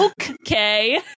Okay